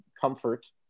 comfort